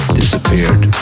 disappeared